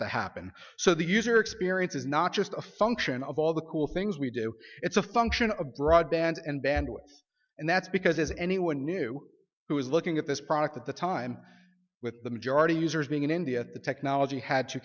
to happen so the user experience is not just a function of all the cool things we do it's a function of broadband and bandwidth and that's because as anyone knew who was looking at this product at the time with the majority of users being in india the technology had to